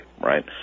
right